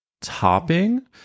topping